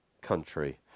country